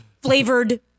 flavored